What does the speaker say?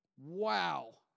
Wow